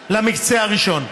ו-500,000 למקצה הראשון,